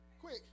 Quick